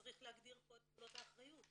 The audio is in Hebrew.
צריך להגדיר פה את גבולות האחריות,